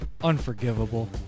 Unforgivable